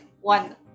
one